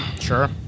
Sure